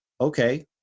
okay